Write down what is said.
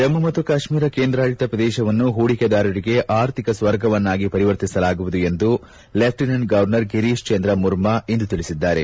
ಜಮ್ಮು ಮತ್ತು ಕಾಶ್ಮೀರ ಕೇಂದ್ರಾಡಳಿತ ಪ್ರದೇಶವನ್ನು ಪೂಡಿಕೆದಾರರಿಗೆ ಆರ್ಥಿಕ ಸ್ವರ್ಗವನ್ನಾಗಿ ಪರಿವರ್ತಿಸಲಾಗುವುದು ಎಂದು ಲೆಫ್ಟಿನೆಂಟ್ ಗೌರ್ನರ್ ಗಿರೀಶ್ ಚಂದ್ರ ಮುರ್ಮು ಇಂದು ತಿಳಿಸಿದ್ದಾರೆ